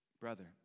brother